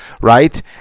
right